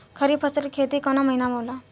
खरीफ फसल के खेती कवना महीना में होला?